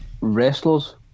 wrestlers